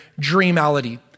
dreamality